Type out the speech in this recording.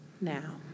now